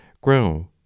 grow